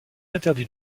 interdit